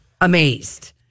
amazed